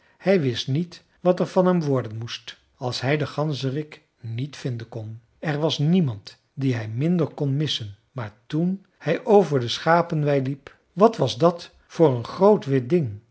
hij wist niet wat er van hem worden moest als hij den ganzerik niet vinden kon er was niemand dien hij minder kon missen maar toen hij over de schapenwei liep wat was dat voor een groot wit ding